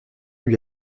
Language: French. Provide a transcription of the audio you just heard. lui